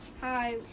Hi